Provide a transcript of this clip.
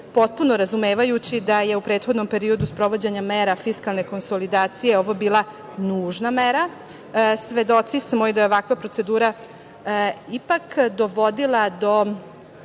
potpuno razumevajući da je u prethodnom periodu sprovođenja mera fiskalne konsolidacije ovo bila nužna mera. Svedoci smo i da je ovakva procedura ipak dovodila do